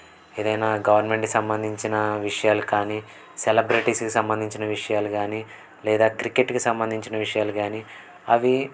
ఏదైనా గవర్న్మెంట్కి సంబంధించిన విషయాలు కానీ సెలబ్రేటిస్కి సంబంధించిన విషయాలు కానీ లేదా క్రికెట్కి సంబంధించిన విషయాలు కానీ అవి